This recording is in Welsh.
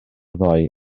ddoe